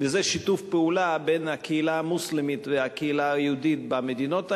וזה שיתוף פעולה בין הקהילה המוסלמית והקהילה היהודית במדינות האלה.